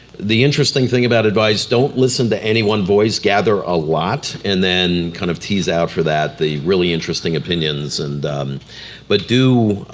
the interesting thing about advice, don't listen to any one voice, gather a lot and then kind of tease out for that the really interesting opinions and but do,